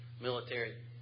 military